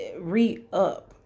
re-up